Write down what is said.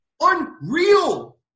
unreal